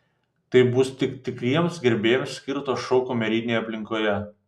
tai bus tik tikriems gerbėjams skirtas šou kamerinėje aplinkoje